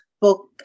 book